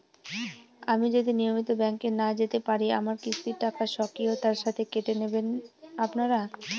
আমি যদি নিয়মিত ব্যংকে না যেতে পারি আমার কিস্তির টাকা স্বকীয়তার সাথে কেটে নেবেন আপনারা?